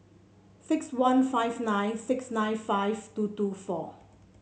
six one five nine six nine five two two four